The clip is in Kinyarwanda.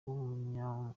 kuba